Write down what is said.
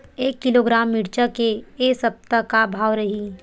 एक किलोग्राम मिरचा के ए सप्ता का भाव रहि?